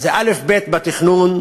זה אלף-בית בתכנון,